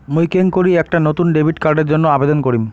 মুই কেঙকরি একটা নতুন ডেবিট কার্ডের জন্য আবেদন করিম?